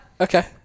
okay